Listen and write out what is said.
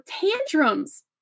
tantrums